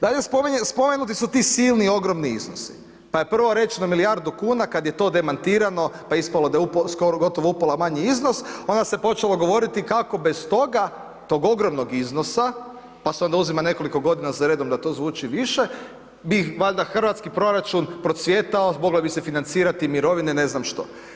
Dalje, spomenuti su ti silni ogromni iznosi, pa je prvo rečeno milijardu kuna, kad je to demantirano pa je ispalo da je skoro, gotovo upola manji iznos onda se počelo govoriti kako bez toga tog ogromnog iznosa pa se onda uzima nekoliko godina za redom da to zvuči više bi valjda hrvatski proračun procvjetao, mogla bi se financirati mirovine, ne znam što.